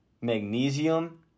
magnesium